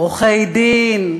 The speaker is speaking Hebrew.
עורכי-דין,